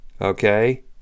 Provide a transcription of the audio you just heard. okay